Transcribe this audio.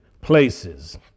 places